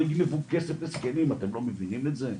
יגנבו פה כסף לזקנים אתם לא מבינים את זה?